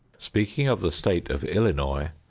speaking of the state of illinois,